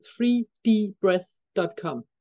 3dbreath.com